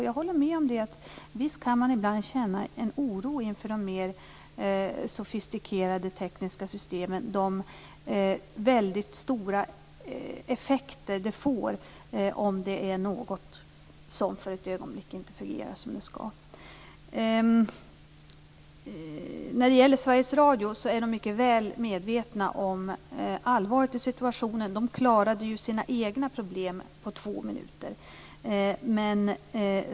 Jag håller med om att man ibland kan känna en oro inför de mer sofistikerade tekniska systemen och de väldigt stora effekter det får om det är något som för ett ögonblick inte fungerar som det skall. Sveriges Radio mycket väl medvetna om allvaret i situationen. De klarade ju sina egna problem på två minuter.